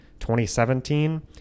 2017